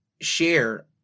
share